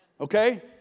Okay